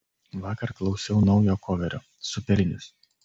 vakar klausiau naujo koverio superinis